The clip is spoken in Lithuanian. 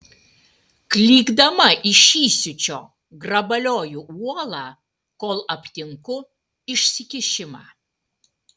klykdama iš įsiūčio grabalioju uolą kol aptinku išsikišimą